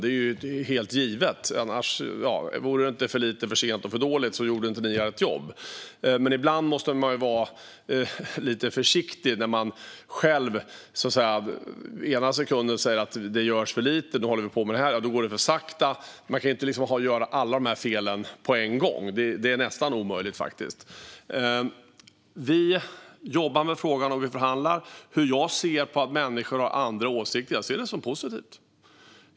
Det är helt givet. Vore det inte för lite, för sent och för dåligt gjorde ni inte ert jobb som opposition. Men ibland måste ni vara lite försiktiga. Ena sekunden säger ni att det görs för lite, i nästa går det för sakta. Man kan inte göra alla de här felen på en gång. Det är faktiskt nästan omöjligt. Vi jobbar med frågan, och vi förhandlar. Hur ser jag på att människor har andra åsikter? Jag ser det som positivt.